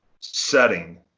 setting